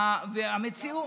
גפני,